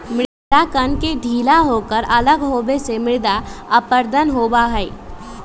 मृदा कण के ढीला होकर अलग होवे से मृदा अपरदन होबा हई